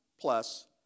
plus